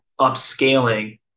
upscaling